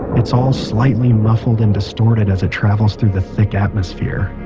it's all slightly muffled and distorted as it travels through the thick atmosphere